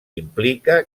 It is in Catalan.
implica